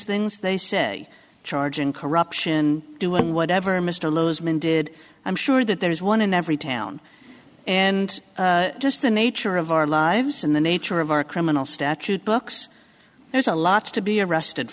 things they say charge and corruption doing whatever mr low's men did i'm sure that there is one in every town and just the nature of our lives and the nature of our criminal statute books there's a lot to be arrested